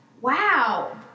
wow